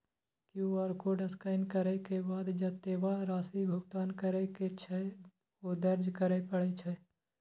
QR code scan करै के बाद जेतबा राशि भुगतान करै के छै, ओ दर्ज करय पड़ै छै